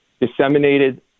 disseminated